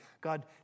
God